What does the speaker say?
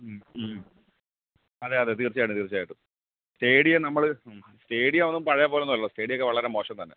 മ് മ് അതെ അതെ തീർച്ചയായിട്ടും തീർച്ചയായിട്ടും സ്റ്റേഡിയം നമ്മൾ മ് സ്റ്റേഡിയം ഒന്നും പഴയ പോലെയൊന്നും അല്ലല്ലോ സ്റ്റേഡിയമൊക്കെ വളരെ മോശം തന്നെ